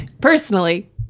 personally